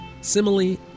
simile